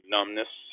Numbness